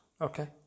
Okay